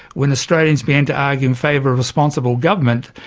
when australians began to argue in favour of responsible government,